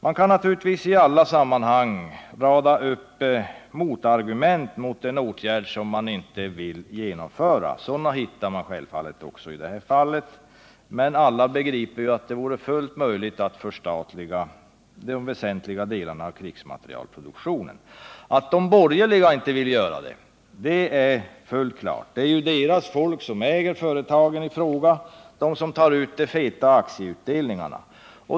Man kan naturligtvis i alla sammanhang rada upp motargument när det gäller åtgärder som man inte vill genomföra. Sådana hittar man givetvis också i detta fall. Men alla begriper ju att det vore fullt möjligt att förstatliga de väsentliga delarna av krigsmaterielproduktionen. Att de borgerliga inte vill göra det är fullt klart. Det är ju deras folk som äger företagen — det är de som tar ut de feta aktieutdelningarna.